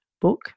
book